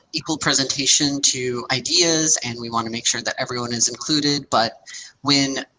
equal presentation to ideas and we want to make sure that everyone is included, but when,